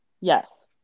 Yes